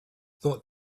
thought